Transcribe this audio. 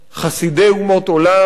חסידי אומות עולם,